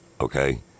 okay